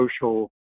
social